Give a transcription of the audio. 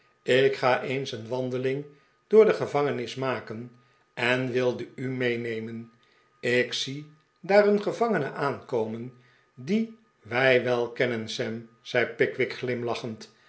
ik ga eens een wandeling door de gevangenis maken en wilde u meenemen ik zie daar een gevangene aankomen dien wij wel kennen sam zei pickwick glimlachend